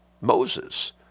Moses